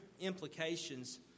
implications